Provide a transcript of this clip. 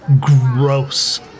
Gross